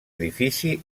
edifici